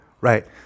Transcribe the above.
Right